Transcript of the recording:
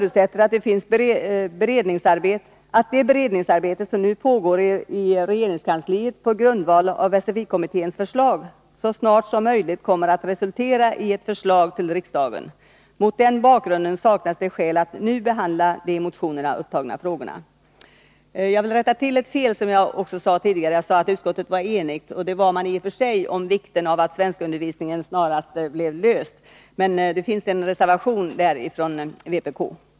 Utskottet förutsätter att det beredningsarbete som nu pågår i regeringskansliet på grundval av SFI-kommitténs förslag så snart som möjligt kommer att resultera i ett förslag till riksdagen. Mot den bakgrunden saknas det skäl att nu behandla de i motionerna upptagna frågorna.” Jag vill rätta till ett fel som jag gjorde tidigare. Jag sade att utskottet var enigt. Det var man i och för sig om vikten av att snarast lösa svenskundervisningsproblemet, men det finns en reservation där från vpk.